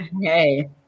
hey